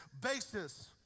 basis